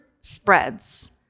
spreads